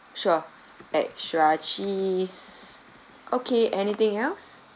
sure extra cheese okay anything else